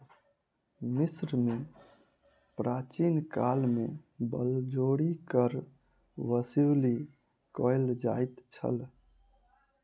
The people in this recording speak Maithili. मिस्र में प्राचीन काल में बलजोरी कर वसूली कयल जाइत छल